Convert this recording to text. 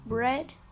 Bread